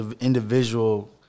individual